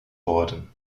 worden